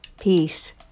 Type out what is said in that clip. peace